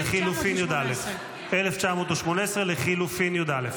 1918. 1918 לחלופין י"א,